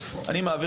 קוראים לו משה.